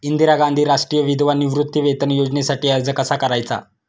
इंदिरा गांधी राष्ट्रीय विधवा निवृत्तीवेतन योजनेसाठी अर्ज कसा करायचा?